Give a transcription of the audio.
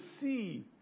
see